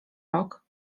rok